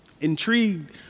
Intrigued